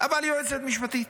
אבל היא יועצת משפטית.